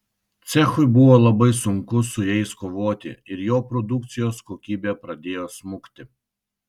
cechui buvo labai sunku su jais kovoti ir jo produkcijos kokybė pradėjo smukti